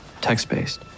text-based